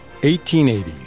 1880